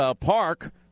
Park